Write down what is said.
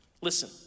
listen